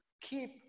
keep